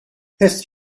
his